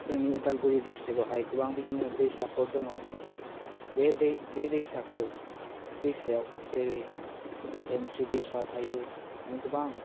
जोंनि उदालगुरि डिस्ट्रिकआवहाय गोबां बिदिनो दैसाफोर दङ बे दै बे दैसाखौ दैसायाव जेरै धोनस्रि दैसा थायो गोबां